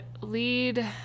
lead